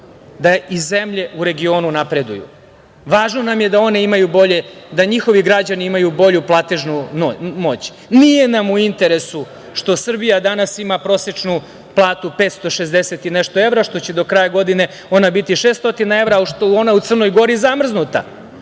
da i zemlje u regionu napreduju. Važno nam je da i one imaju bolje, da njihovi građani imaju bolju platežnu moć. Nije nam u interesu što Srbija danas ima prosečnu platu 560 i nešto evra, što će do kraja godine ona biti 600 evra, a što je u ona u Crnoj Gori zamrznuta,